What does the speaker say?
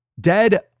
Dead